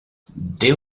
there